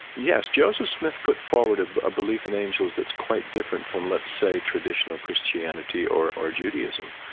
yes, joseph smith put forward a belief in angels that's quite different from, let's say, traditional christianity or or judaism.